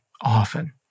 often